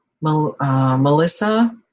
Melissa